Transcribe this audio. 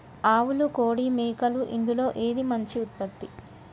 ఆవులు కోడి మేకలు ఇందులో ఏది మంచి ఉత్పత్తి?